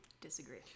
disagree